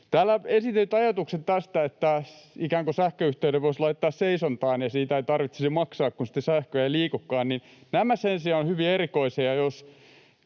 Täällä esitetyt ajatukset, että ikään kuin sähköyhteyden voisi laittaa seisontaan ja siitä ei tarvitsisi maksaa, kun sitä sähköä ei liikukaan, sen sijaan ovat hyvin erikoisia,